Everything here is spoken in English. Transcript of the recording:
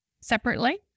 separately